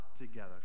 together